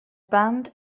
band